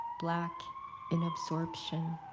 black in absorption.